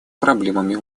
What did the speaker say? проблемами